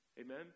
Amen